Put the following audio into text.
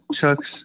Chuck's